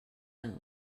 owned